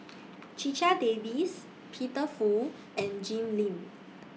Checha Davies Peter Fu and Jim Lim